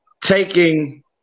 taking